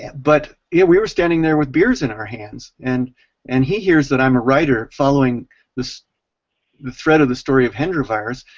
but yeah we were standing there with beers in our hands and and he hears that i am a writer, following the threat of the story of hendra virus.